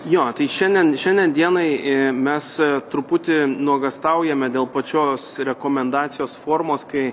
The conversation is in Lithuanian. jo tai šiandien šiandien dienai mes truputį nuogąstaujame dėl pačios rekomendacijos formos kai